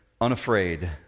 unafraid